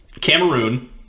Cameroon